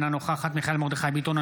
אינה נוכחת מיכאל מרדכי ביטון,